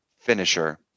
finisher